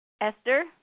Esther